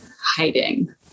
hiding